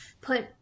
put